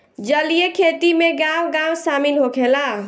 जलीय खेती में गाँव गाँव शामिल होखेला